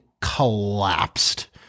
collapsed